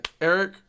Eric